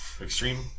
Extreme